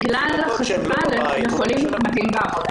עליהן בגלל החשיפה לחולים מאומתים בעבודה.